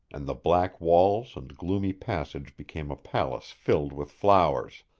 and the black walls and gloomy passage became a palace filled with flowers.